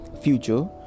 future